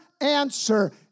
answer